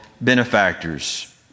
benefactors